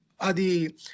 Adi